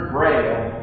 Braille